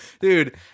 dude